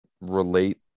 relate